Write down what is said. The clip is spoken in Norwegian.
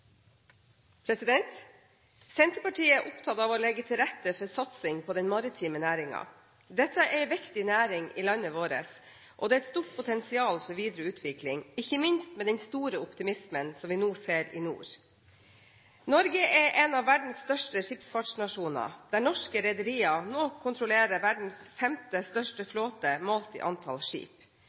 opptatt av å legge til rette for satsing på den maritime næringen. Dette er en viktig næring i landet vårt, og det er et stort potensial for videre utvikling, ikke minst med den store optimismen vi nå ser i nord. Norge er en av verdens største skipsfartsnasjoner, og norske rederier kontrollerer nå verdens femte største flåte målt i antall skip.